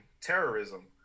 terrorism